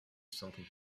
something